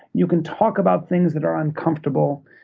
you can talk about things that are uncomfortable,